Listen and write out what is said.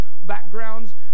backgrounds